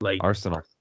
Arsenal